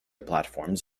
platforms